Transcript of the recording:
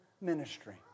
ministry